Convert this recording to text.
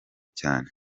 cyane